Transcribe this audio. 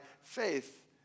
faith